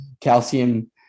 calcium